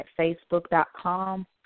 facebook.com